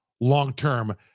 long-term